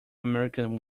american